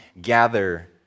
gather